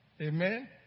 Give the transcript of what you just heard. Amen